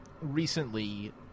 recently